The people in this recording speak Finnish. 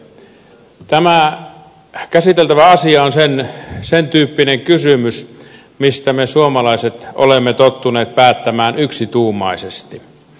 tämä käsiteltävä asia on sen tyyppinen kysymys mistä me suomalaiset olemme tottuneet päättämään yksituumaisesti